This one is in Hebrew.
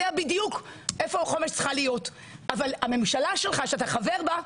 בדיוק איפה חומש צריכה להיות אבל הממשלה שלך שאתה חבר בה,